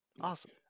Awesome